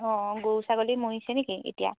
অঁ গৰু ছাগলী মৰিছে নেকি এতিয়া